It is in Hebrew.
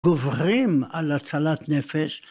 ‫גוברים על הצלת נפש.